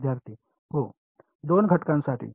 विद्यार्थी हो 2 घटकांसाठी